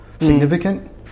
significant